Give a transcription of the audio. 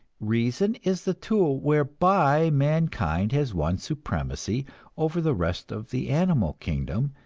reason is the tool whereby mankind has won supremacy over the rest of the animal kingdom,